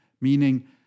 meaning